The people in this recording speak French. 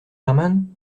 herman